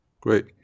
great